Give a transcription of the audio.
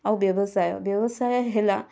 ଆଉ ବ୍ୟବସାୟ ବ୍ୟବସାୟ ହେଲା